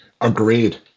Agreed